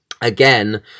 again